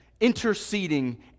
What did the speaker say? interceding